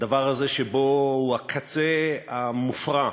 הדבר הזה שבו, הוא הקצה המופרע